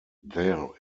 there